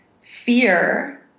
fear